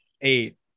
eight